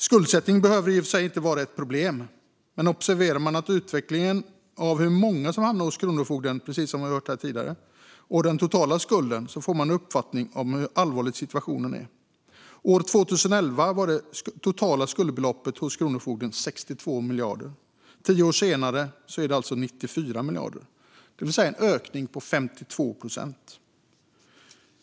Skuldsättning behöver i och för sig inte vara ett problem, men observerar man utvecklingen av hur många som hamnar hos kronofogden, som vi har hört om här tidigare, och den totala skulden får man en uppfattning av hur allvarlig situationen är. År 2011 var det totala skuldbeloppet hos Kronofogden 62 miljarder. Tio år senare var det 94 miljarder, det vill säga det har skett en ökning med 52 procent.